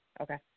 Okay